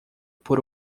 por